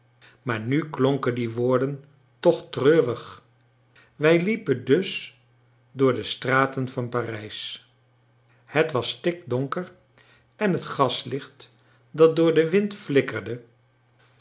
maar nu klonken die woorden toch treurig wij liepen dus door de straten van parijs het was stikdonker en het gaslicht dat door den wind